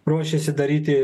ruošiasi daryti